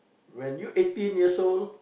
when you eighteen years old